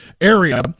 area